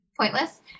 pointless